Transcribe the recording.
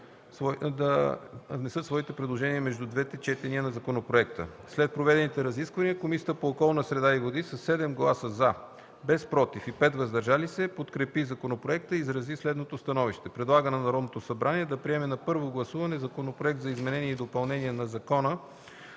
да внесат своите предложения между двете четения на законопроекта. След проведените разисквания, Комисията по околната среда и водите със 7 гласа „за”, без „против” и 5 „въздържали се” подкрепи законопроекта и изрази следното становище: Предлага на Народното събрание да приеме на първо гласуване Законопроект за изменение и допълнение на Закона